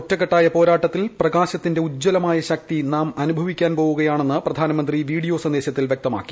ഒറ്റക്കെട്ടായ പോരാട്ടത്തിൽ പ്രകാശത്തിന്റെ ഉജ്ജ്വലമായ ശക്തി നാം അനുഭവിക്കാൻ പോവുകയാണെന്ന് പ്രധാനമന്ത്രി വീഡിയോ സന്ദേശത്തിൽ വൃക്തമാക്കി